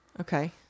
Okay